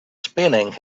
spinning